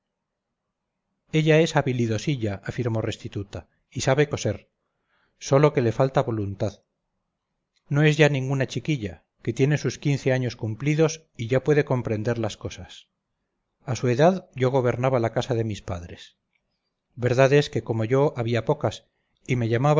ella es habilidosilla afirmó restituta y sabe coser sólo que le falta voluntad no es ya ninguna chiquilla que tiene sus quince años cumplidos y ya puede comprender las cosas a su edad yo gobernaba la casa de mis padres verdad es que como yo había pocas y me llamaban